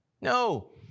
No